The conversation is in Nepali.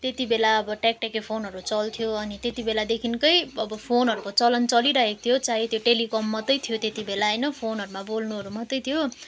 त्यति बेला अब ट्याकट्याके फोनहरू चल्थ्यो अनि त्यति बेलादेखिको अब फोनहरूको चलन चलिरहेको थियो चाहे त्यो टेलिकम मात्र थियो त्यति बेला होइन फोनहरूमा बोल्नुहरू मात्र थियो